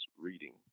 reading